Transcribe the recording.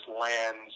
lands